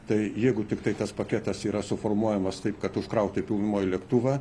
tai jeigu tiktai tas paketas yra suformuojamas taip kad užkrauti pilnumoj lėktuvą